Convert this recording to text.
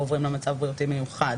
לעבור בקרוב מאוד למצב בריאותי מיוחד,